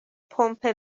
پمپ